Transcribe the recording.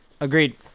Agreed